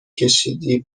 کشیدی